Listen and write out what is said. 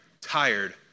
tired